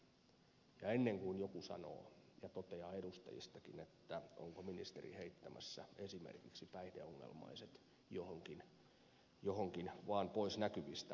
ja ennen kuin joku edustajistakin sanoo ja toteaa onko ministeri heittämässä esimerkiksi päihdeongelmaiset johonkin vaan pois näkyvistämme vastaan